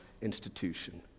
institution